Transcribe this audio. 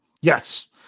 Yes